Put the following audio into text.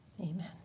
Amen